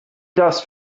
dust